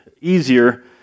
easier